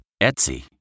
Etsy